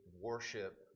worship